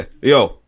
Yo